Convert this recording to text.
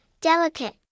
delicate